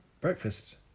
Breakfast